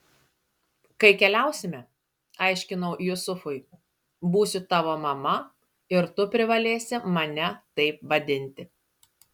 kai keliausime aiškinau jusufui būsiu tavo mama ir tu privalėsi mane taip vadinti